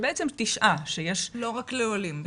לא רק לעולים.